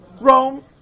Rome